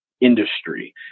industry